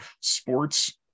Sports